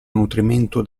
nutrimento